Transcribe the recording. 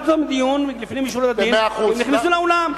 אותם לדיון לפנים משורת הדין והם נכנסו לאולם.